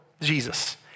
Jesus